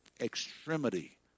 extremity